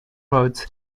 roads